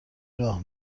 راه